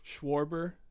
Schwarber